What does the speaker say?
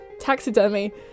taxidermy